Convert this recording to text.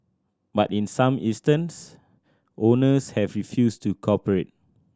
but in some instance owners have refused to cooperate